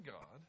God